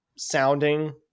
sounding